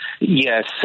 Yes